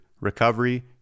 recovery